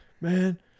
man